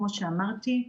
כמו שאמרתי,